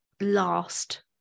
last